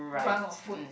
round of food